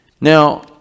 Now